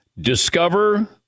Discover